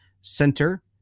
Center